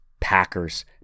Packers